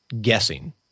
guessing